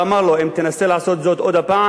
ואמר לו: אם תנסה לעשות זאת עוד הפעם,